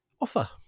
offer